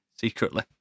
secretly